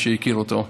מי שהכיר אותו.